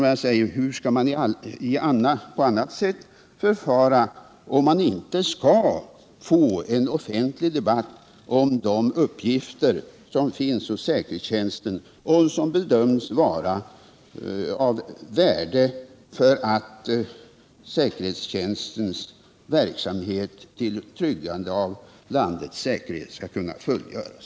Men man frågar sig hur man annars skall förfara för att inte få en offentlig debatt om de uppgifter som finns hos säkerhetstjänsten och som bedöms vara av värde för att säkerhetstjänstens verksamhet till tryggande av landets säkerhet skall kunna fullgöras.